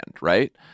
right